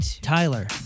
Tyler